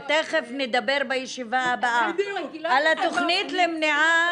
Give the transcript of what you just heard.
ותיכף נדבר בישיבה הבאה על התכנית למניעת